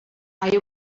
hai